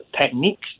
techniques